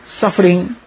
suffering